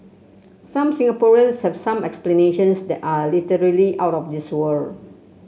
some Singaporeans have some explanations that are literally out of this world